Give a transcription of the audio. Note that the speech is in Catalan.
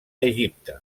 egipte